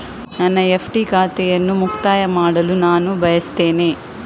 ನನ್ನ ಎಫ್.ಡಿ ಖಾತೆಯನ್ನು ಮುಕ್ತಾಯ ಮಾಡಲು ನಾನು ಬಯಸ್ತೆನೆ